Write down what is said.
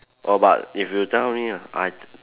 oh but if you tell me ah I